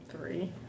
Three